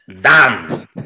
done